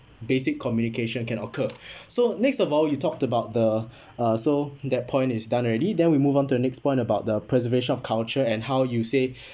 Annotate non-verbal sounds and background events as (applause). basic communication can occur (breath) so next of all you talked about the (breath) uh so that point is done already then we move on to the next point about the preservation of culture and how you say (breath)